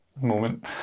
moment